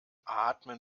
atmen